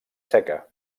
seca